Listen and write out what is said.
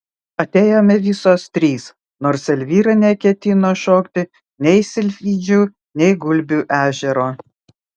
atėjome visos trys nors elvyra neketino šokti nei silfidžių nei gulbių ežero